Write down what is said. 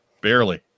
Barely